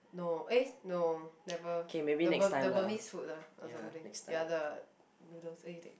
no eh no never the Bur~ the Burmese food lah or something ya the noodles eh you take